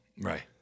Right